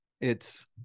It's-